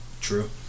True